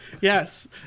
Yes